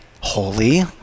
holy